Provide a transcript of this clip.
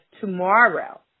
tomorrow